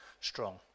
strong